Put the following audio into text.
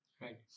Right